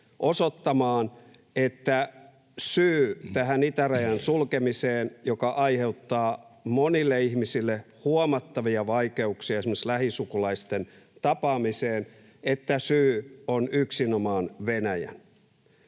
osoittamaan, että syy tähän itärajan sulkemiseen, joka aiheuttaa monille ihmisille huomattavia vaikeuksia, esimerkiksi lähisukulaisten tapaamiseen, on yksinomaan Venäjän.